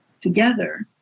together